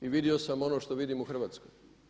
I vidio sam ono što vidim u Hrvatskoj.